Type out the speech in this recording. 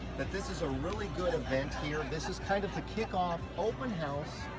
that this is a really good event here. and this is kind of the kickoff open house.